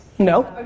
know